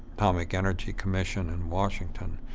atomic energy commission in washington.